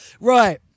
Right